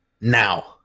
now